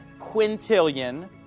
quintillion